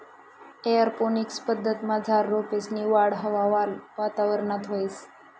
aeroponics पद्धतमझार रोपेसनी वाढ हवावाला वातावरणात व्हस